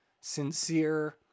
sincere